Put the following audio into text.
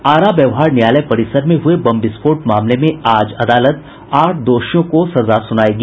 आरा व्यवहार न्यायालय परिसर में हुए बम विस्फोट मामले में आज अदालत आठ दोषियों को सजा सुनायेगी